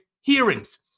hearings